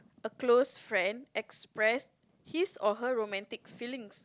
a close friend express his or her romantic feelings